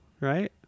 right